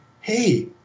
Hey